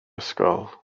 ysgol